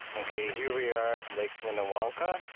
okay, here we are at lake minnewanka.